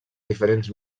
diferents